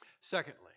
Secondly